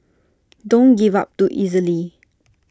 don't give up too easily